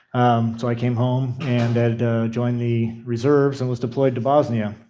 so i came home, and joined the reserves, and was deployed to bosnia.